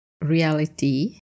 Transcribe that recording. reality